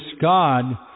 God